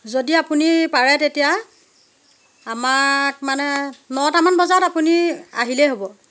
যদি আপুনি পাৰে তেতিয়া আমাক মানে নটামান বজাত আপুনি আহিলেই হ'ব